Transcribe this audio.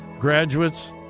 Graduates